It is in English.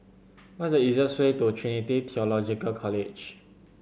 what is the easiest way to Trinity Theological College